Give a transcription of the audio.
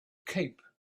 cape